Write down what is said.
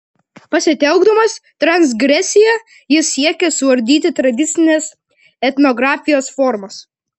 pasitelkdamas transgresiją jis siekia suardyti tradicinės etnografijos formas